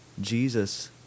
Jesus